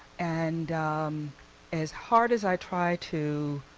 and um as hard as i try to